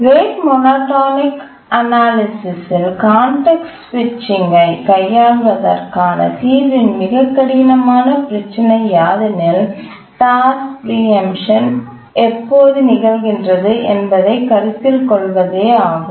rate monotonic அநாலிசிஸ்ல் context சுவிட்சிங்ஐ கையாள்வதற்கான தீர்வின் மிகக் கடினமான பிரச்சனை யாதெனில் டாஸ்க் பிரீஎம்சன் எப்போது நிகழ்கின்றது என்பதைக் கருத்தில் கொள்வதேயாகும்